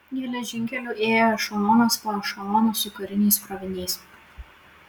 geležinkeliu ėjo ešelonas po ešelono su kariniais kroviniais